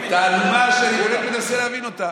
תעלומה שאני באמת מנסה להבין אותה.